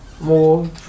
more